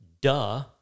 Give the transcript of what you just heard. Duh